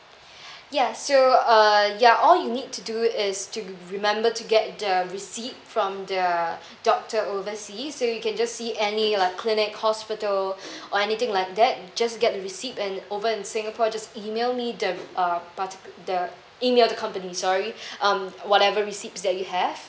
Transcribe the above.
ya so uh ya all you need to do is to remember to get the receipt from the doctor overseas so you can just see any like clinic hospital or anything like that just get receipt and over in singapore just email me the uh particu~ the email the company sorry um whatever receipts that you have